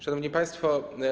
Szanowni Państwo!